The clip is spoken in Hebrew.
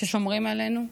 ששומרים עלינו.